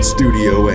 Studio